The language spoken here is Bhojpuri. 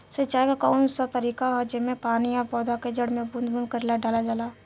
सिंचाई क कउन सा तरीका ह जेम्मे पानी और पौधा क जड़ में बूंद बूंद करके डालल जाला?